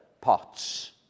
pots